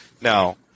Now